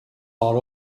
are